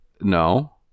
No